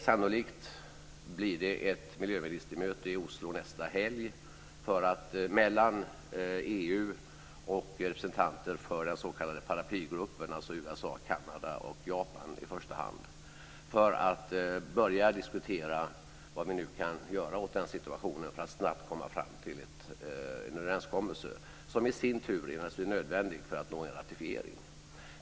Sannolikt blir det ett miljöministermöte i Oslo nästa helg mellan EU och representanter för den s.k. paraplygruppen, alltså USA, Kanada och Japan i första hand, för att vi ska kunna börja diskutera vad vi kan göra åt situationen för att snabbt komma fram till en överenskommelse, som i sin tur naturligtvis är nödvändig för att nå en ratificering.